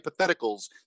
hypotheticals